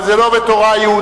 אבל זה לא בתורה היהודית.